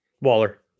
Waller